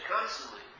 constantly